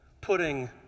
putting